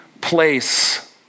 place